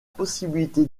possibilité